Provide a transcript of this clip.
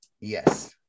Yes